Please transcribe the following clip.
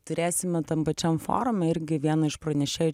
turėsime tam pačiam forume irgi vieną iš pranešėjų